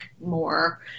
more